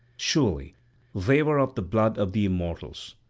surely they were of the blood of the immortals,